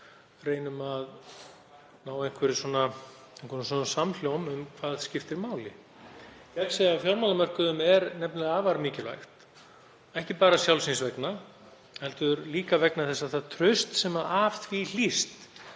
reynum að ná einhvers konar samhljómi um hvað skiptir máli. Gegnsæi á fjármálamörkuðum er nefnilega afar mikilvægt, ekki bara sjálfs síns vegna heldur líka vegna þess að það traust sem af því hlýst